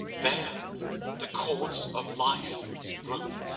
there the cords of life broke.